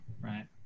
right